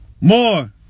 more